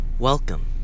Welcome